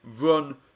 run